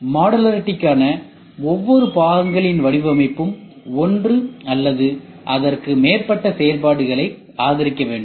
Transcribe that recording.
மாடுலரிட்டிக்கான ஒவ்வொரு பாகங்களின் வடிவமைப்பும் ஒன்று அல்லது அதற்கு மேற்பட்ட செயல்பாடுகளை ஆதரிக்க வேண்டும்